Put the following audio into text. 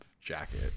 jacket